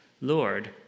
Lord